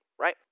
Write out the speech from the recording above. right